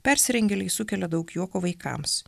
persirengėliai sukelia daug juoko vaikams